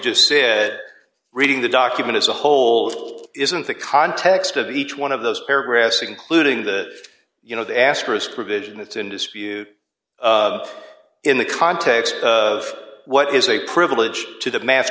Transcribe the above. just said reading the document is the whole thing isn't the context of each one of those paragraphs including the you know the asterisk provision it's in dispute in the context of what is a privilege to the